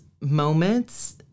moments